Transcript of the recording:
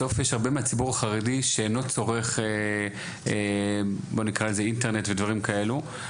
בסוף יש הרבה מהציבור החרדי שאינו צורך אינטרנט ודברים כאלו,